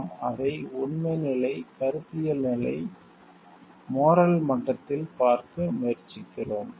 நாம் அதை உண்மை நிலை கருத்தியல் நிலை மோரல் மட்டத்தில் பார்க்க முயற்சிக்கிறோம்